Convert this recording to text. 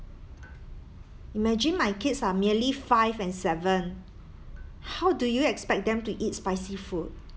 imagine my kids are merely five and seven how do you expect them to eat spicy food